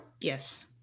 Yes